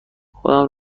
خودم